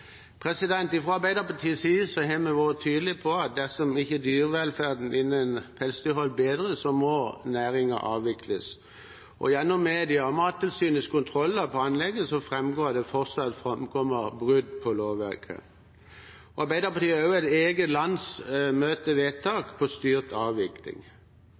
Arbeiderpartiets side har vi vært tydelige på at dersom ikke dyrevelferden innen pelsdyrhold bedres, må næringen avvikles. Gjennom media og Mattilsynets kontroll av næringen framgår det at det forekommer brudd på lovverket. Arbeiderpartiet har også et eget landsmøtevedtak om styrt avvikling.